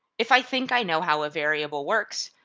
if i think i know how a variable works,